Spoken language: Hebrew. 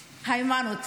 היימנוט.